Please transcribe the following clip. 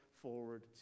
forward